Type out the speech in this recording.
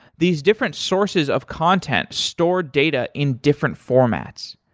these different sources of content stored data in different formats.